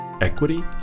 Equity